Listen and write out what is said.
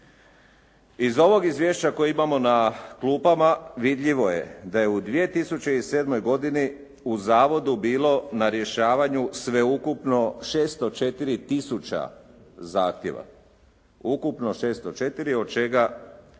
Iz ovog izvješća koje imamo na klupama vidljivo je da je u 2007. godini u zavodu bilo na rješavanju sveukupno 604 tisuća zahtjeva. Ukupno 604 od čega